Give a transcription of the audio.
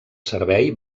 servei